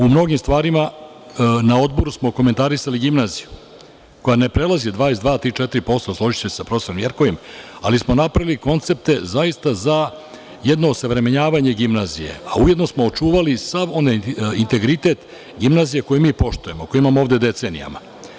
U mnogim stvarima na Odboru smo komentarisali gimnaziju koja ne prelazi 22, 23, 24%, složićete se sa profesorom Jerkovim, ali smo napravili koncepte za jedno osavremenjavanje gimnazije, a ujedno smo očuvali sav onaj integritet gimnazije koji mi poštujemo, koji imamo ovde decenijama.